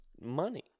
money